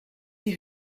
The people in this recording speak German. die